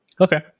Okay